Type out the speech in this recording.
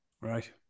Right